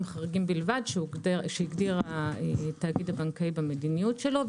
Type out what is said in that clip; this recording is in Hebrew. חריגים בלבד שהגדיר התאגיד הבנקאי במדיניות שלו,